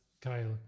Kyle